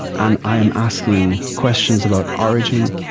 and i'm asking questions about origin,